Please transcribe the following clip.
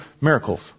miracles